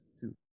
two